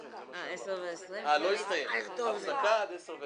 (הישיבה נפסקה בשעה 10:05